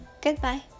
Goodbye